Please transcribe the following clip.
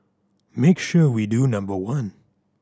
make sure we do number one